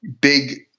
big